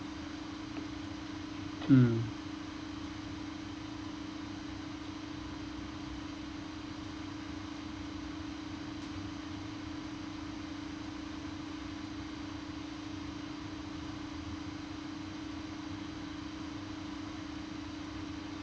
mm